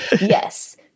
yes